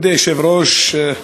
כבוד היושב-ראש,